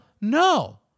no